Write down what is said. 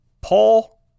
Paul